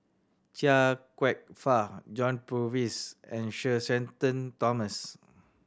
Chia Kwek Fah John Purvis and Sir Shenton Thomas